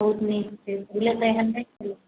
बहुत नीक छै पहिने तऽ एहन नहि छलैए